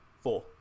four